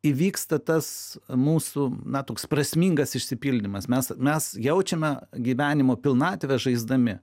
įvyksta tas mūsų na toks prasmingas išsipildymas mes mes jaučiame gyvenimo pilnatvę žaisdami